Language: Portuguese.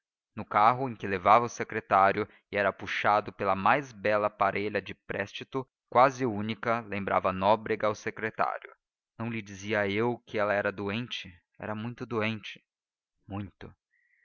no carro em que levava o secretário e era puxado pela mais bela parelha do préstito quase única lembrava nóbrega ao secretário não lhe dizia eu que ela era doente era muito doente muito